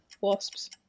Wasps